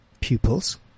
pupils